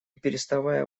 переставая